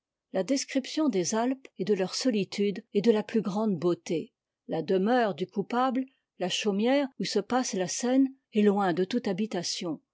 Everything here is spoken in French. la description des alpes et de leur solitude est de la plus grande beauté la demeure du coupable la chaumière où se passe la scène est toin de toute habitation